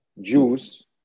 Jews